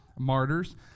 Martyrs